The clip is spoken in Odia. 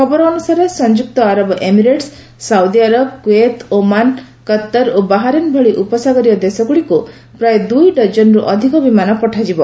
ଖବର ଅନୁସାରେ ସଂଯୁକ୍ତ Arab Emirate Saudi Arab Kuwait Oman Qatar ଓ ବାହାରିନ୍ ଭଳି ଉପସାଗରୀୟ ଦେଶଗୁଡ଼ିକୁ ପ୍ରାୟ ଦୁଇ ଡଜନ୍ରୁ ଅଧିକ ବିମାନ ପଠାଯିବ